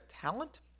talent